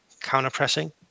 counter-pressing